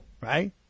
right